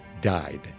died